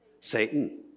Satan